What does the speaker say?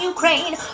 Ukraine